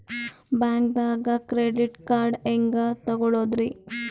ಬ್ಯಾಂಕ್ದಾಗ credit card ಹೆಂಗ್ ತಗೊಳದ್ರಿ?